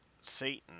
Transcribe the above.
Satan